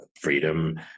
freedom